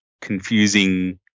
confusing